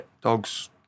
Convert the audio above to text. Dogs